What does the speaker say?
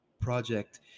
Project